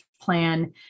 plan